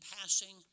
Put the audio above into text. passing